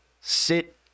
sit